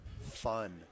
fun